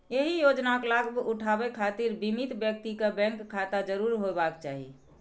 एहि योजनाक लाभ उठाबै खातिर बीमित व्यक्ति कें बैंक खाता जरूर होयबाक चाही